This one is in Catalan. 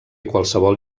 qualsevol